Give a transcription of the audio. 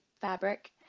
fabric